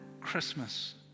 Christmas